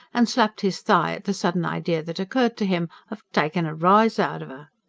and slapped his thigh at the sudden idea that occurred to him of takin' a rise out of er.